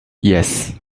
yes